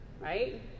right